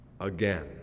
again